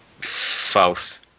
False